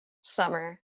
Summer